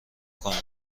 کنید